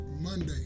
Monday